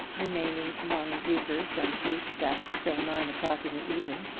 remaining among reapers and wheat stacks till nine o'clock in the evening,